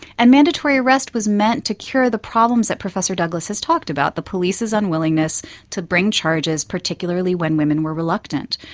and mandatory arrest was meant to cure the problems that professor douglas has talked about, the police's unwillingness to bring charge particularly when women were reluctant.